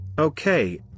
Okay